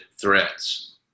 threats